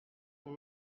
vous